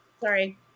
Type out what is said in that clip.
Sorry